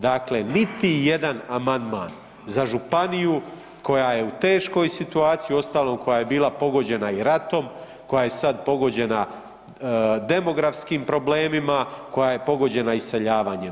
Dakle, niti jedan amandman za županiju koja je u teškoj situaciji, uostalom koja je bila pogođena i ratom, koja je sad pogođena demografskim problemima, koja je pogođena iseljavanjem.